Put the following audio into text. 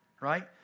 Right